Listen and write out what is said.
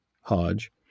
Hodge